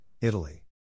Italy